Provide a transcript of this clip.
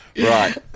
Right